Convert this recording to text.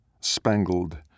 spangled